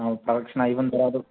protection అయిపోయిన తర్వాత